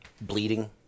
bleeding